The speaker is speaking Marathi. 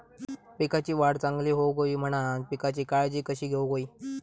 पिकाची वाढ चांगली होऊक होई म्हणान पिकाची काळजी कशी घेऊक होई?